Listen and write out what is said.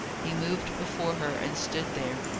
he moved before her, and stood there,